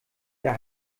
der